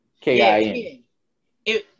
K-I-N